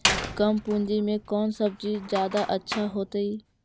कम पूंजी में कौन सब्ज़ी जादा अच्छा होतई?